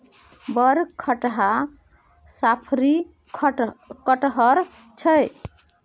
बड़ खटहा साफरी कटहड़ छौ